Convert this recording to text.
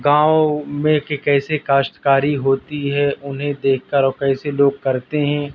گاؤں میں کہ کیسے کاشتکاری ہوتی ہے انہیں دیکھ کر اور کیسے لوگ کرتے ہیں